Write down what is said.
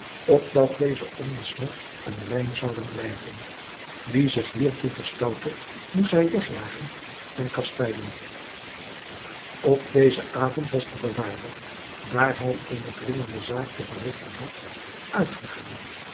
opdat deze onbesmet en rein zouden blijven wie zich hiertoe verstoutte moest hij wegjagen en kastijden op dezen avond was de bewaarder daar hij eene dringende zaak te verrigten had uitgegaan